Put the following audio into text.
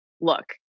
look